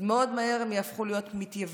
אז מהר מאוד הם יהפכו להיות מתייוונים,